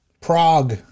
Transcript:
Prague